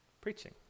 Preaching